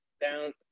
down